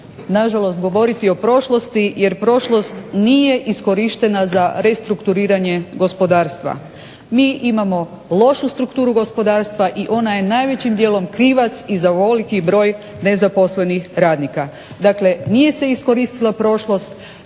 na žalost govoriti o prošlosti, jer prošlost nije iskorištena za restrukturiranje gospodarstva. Mi imamo lošu strukturu gospodarstva i ona je najvećim dijelom krivac i za ovoliki broj nezaposlenih radnika. Dakle, nije se iskoristila prošlost